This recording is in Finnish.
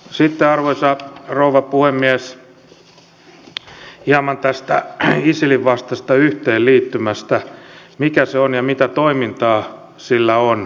sitten arvoisa rouva puhemies hieman tästä isilin vastaisesta yhteenliittymästä mikä se on ja mitä toimintaa sillä on